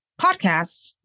podcasts